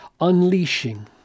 unleashing